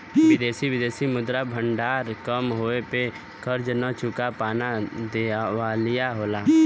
विदेशी विदेशी मुद्रा भंडार कम होये पे कर्ज न चुका पाना दिवालिया होला